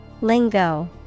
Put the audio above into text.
Lingo